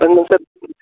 आपण सर